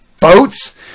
boats